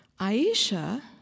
Aisha